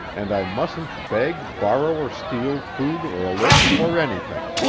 and i mustn't beg, borrow, or steal food or a lift or anything,